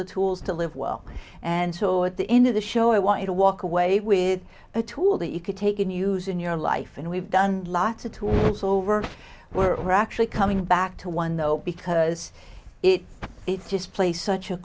the tools to live well and saw at the end of the show i want you to walk away with a tool that you could take and use in your life and we've done lots of tools over we're actually coming back to one though because it is just play such a